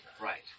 Right